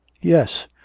yes